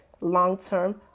long-term